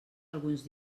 alguns